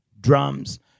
drums